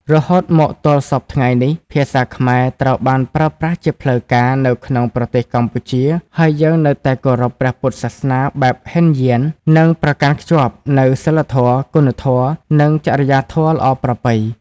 រហូតមកទល់សព្វថ្ងៃនេះ ភាសាខ្មែរត្រូវបានប្រើប្រាស់ជាផ្លូវការនៅក្នុងប្រទេសកម្ពុជា ហើយយើងនៅតែគោរពព្រះពុទ្ធសាសនាបែបហីនយាន និងប្រកាន់ខ្ជាប់នូវសីលធម៌ គុណធម៌ និងចរិយាធម៌ល្អប្រពៃ។